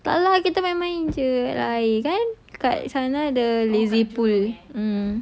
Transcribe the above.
tak lah kita main-main jer air kan kat sana ada lazy pool mm